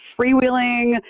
Freewheeling